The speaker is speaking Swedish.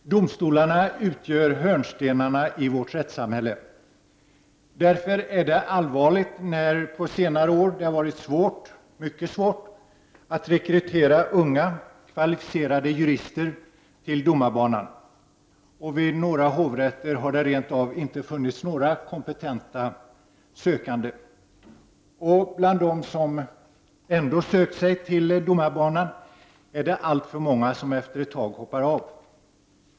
Herr talman! Domstolarna utgör hörnstenarna i vårt rättssamhälle. Därför är det allvarligt att det på senare år har varit mycket svårt att rekrytera unga kvalificerade jurister till domarbanan. Vid några hovrätter har det rent av inte funnits några kompetenta sökande. Av dem som ändå har sökt sig till domarbanan är det alltför många som efter en tid hoppar av.